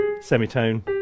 semitone